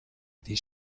eddie